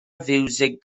fiwsig